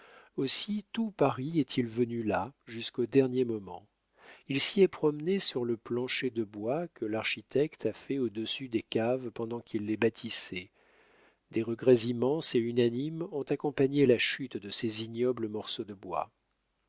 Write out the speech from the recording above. aussi tout paris est-il venu là jusqu'au dernier moment il s'y est promené sur le plancher de bois que l'architecte a fait au-dessus des caves pendant qu'il les bâtissait des regrets immenses et unanimes ont accompagné la chute de ces ignobles morceaux de bois